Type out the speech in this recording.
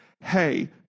hey